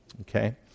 okay